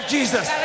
Jesus